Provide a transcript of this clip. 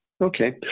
Okay